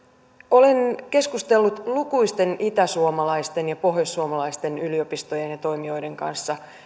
olen keskustellut lukuisten itäsuomalaisten ja pohjoissuomalaisten yliopistojen ja toimijoiden kanssa